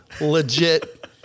legit